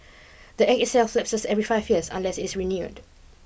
the Act itself lapses every five years unless it's renewed